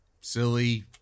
silly